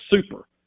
super